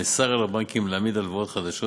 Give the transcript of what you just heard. נאסר על הבנקים להעמיד הלוואות חדשות